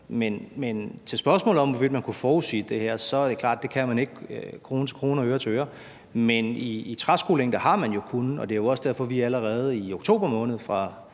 Men til spørgsmålet om, hvorvidt man kunne forudsige det her, er det klart, at det kunne man ikke krone til krone og øre til øre, men i træskolængde har man jo kunnet, og det er også derfor, at vi allerede i oktober måned fra